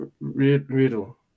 riddle